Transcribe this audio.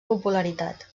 popularitat